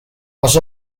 was